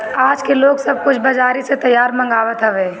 आजके लोग सब कुछ बजारी से तैयार मंगवात हवे